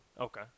Okay